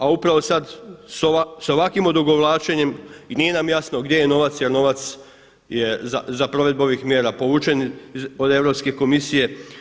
A upravo sad sa ovakvim odugovlačenjem i nije nam jasno gdje je novac, jer novac je za provedbu ovih mjera povučen od Europske komisije.